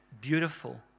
beautiful